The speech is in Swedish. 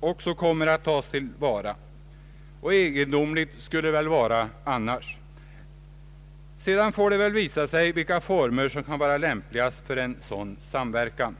också kommer att tas till vara. Egendomligt vore det väl annars. Sedan får det väl visa sig vilka former som kan vara de lämpligaste för en sådan samverkan.